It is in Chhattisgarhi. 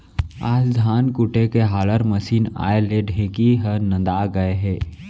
आज धान कूटे के हालर मसीन आए ले ढेंकी ह नंदा गए हे